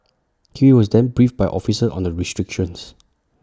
he was then briefed by officers on the restrictions